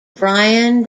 brian